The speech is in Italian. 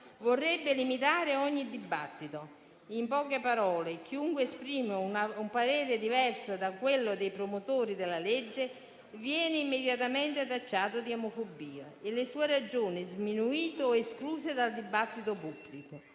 vorrebbe limitare ogni dibattito. In poche parole, chiunque esprime un parere diverso da quello dei promotori della legge viene immediatamente tacciato di omofobia e le sue ragioni sminuite o escluse dal dibattito pubblico.